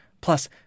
Plus